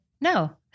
no